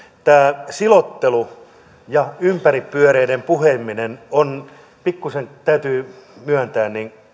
tämä silottelu ja ympäripyöreiden puhuminen pikkuisen täytyy myöntää